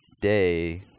day